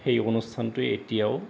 সেই অনুষ্ঠানটোৱে এতিয়াও